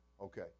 Okay